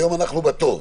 היום אנחנו בטוב,